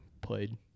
played